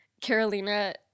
Carolina